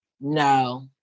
No